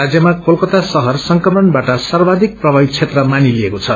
राण्यमा कलकता शहर संक्रमणबाट सर्वाधिक प्रभावित क्षेत्र मानिलिएको छ